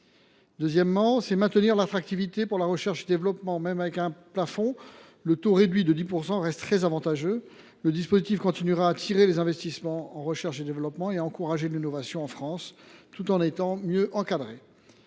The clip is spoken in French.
Deuxièmement, il faut maintenir l’attractivité pour la recherche et développement. Même avec un plafond, le taux réduit de 10 % reste très avantageux. L’outil continuera d’attirer les investissements en recherche et développement et à encourager l’innovation en France, tout en étant mieux encadré.